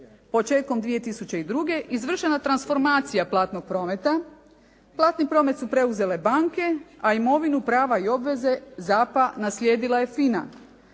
početkom 2002. izvršena transformacija platnog prometa. Platni promet su preuzele banke a imovinu, prava i obveze ZAP-a naslijedila je FINA